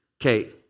Okay